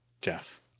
Jeff